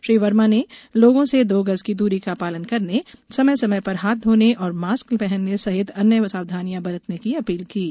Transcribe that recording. श्री वर्मा ने लोगों से दो गज की दूरी का पालन करने समय समय पर हाथ धोने और मास्क पहनने सहित अन्य सावधानियां बरतने की अपील की है